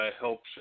helps